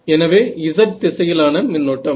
எனவே z திசையில் ஆன மின்னோட்டம்